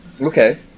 Okay